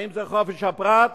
האם זה חופש הפרט?